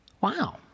Wow